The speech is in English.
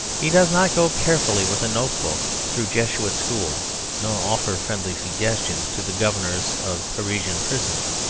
he does not go carefully with a notebook through jesuit schools nor offer friendly suggestions to the governors of parisian prisons.